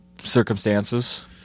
circumstances